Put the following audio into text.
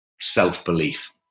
self-belief